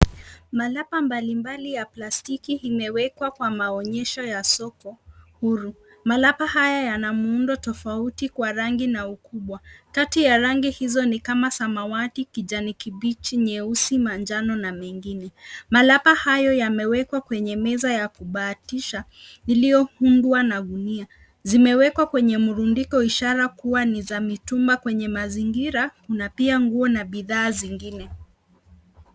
Malapa mbali mbali ya plastiki imewekwa kwa maonyesho ya soko huru, malapa haya yana muundo tofauti kwa rangi na ukubwa, kati ya rangi hizo ni kama samawati, kijani kibichi, nyeusi manjano na mengine, malapa hayo yamewekwa kwenye meza ya kubahatisha iliyoundwa na gunia, zimewekwa kwenye mrundiko ishara kuwa ni za mitumba, kwenye mazingira kuna pia nguo na bidhaa zingine.